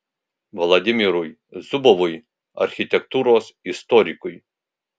vladimirui zubovui architektūros istorikui